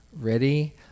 Ready